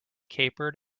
capered